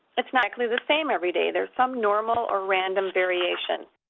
it's not exactly the same every day. there's some normal or random variation.